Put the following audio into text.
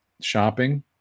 shopping